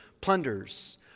plunders